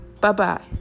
Bye-bye